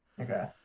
Okay